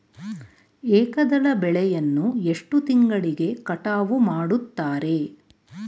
ಏಕದಳ ಬೆಳೆಯನ್ನು ಎಷ್ಟು ತಿಂಗಳಿಗೆ ಕಟಾವು ಮಾಡುತ್ತಾರೆ?